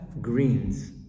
greens